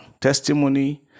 Testimony